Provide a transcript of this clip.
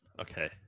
Okay